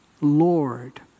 Lord